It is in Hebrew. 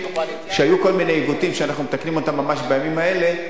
היו כל מיני עיוותים ואנחנו מתקנים אותם ממש בימים האלה.